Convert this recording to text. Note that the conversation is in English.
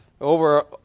Over